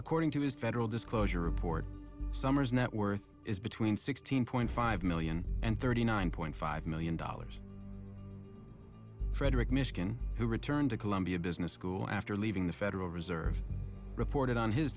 according to his federal disclosure of summer's net worth is between sixteen point five million and thirty nine point five million dollars frederick michigan who returned to columbia business school after leaving the federal reserve reported on his